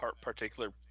particular